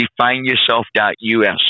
defineyourself.us